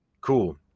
Cool